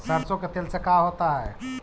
सरसों के तेल से का होता है?